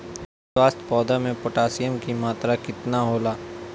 स्वस्थ पौधा मे पोटासियम कि मात्रा कितना होला?